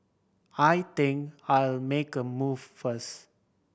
I think I'll make a move first